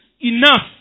enough